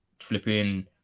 flipping